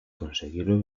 conseguirlo